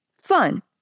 fun